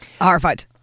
horrified